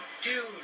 dude